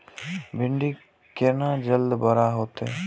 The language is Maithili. भिंडी केना जल्दी बड़ा होते?